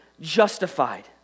justified